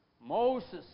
Moses